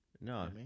No